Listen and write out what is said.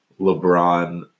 LeBron